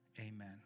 amen